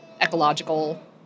ecological